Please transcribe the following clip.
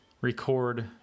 record